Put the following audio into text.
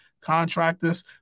contractors